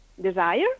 Desire